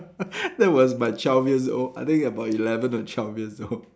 that was my twelve years old I think about eleven or twelve years old